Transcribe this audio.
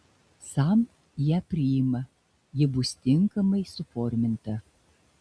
sam ją priima ji bus tinkamai suforminta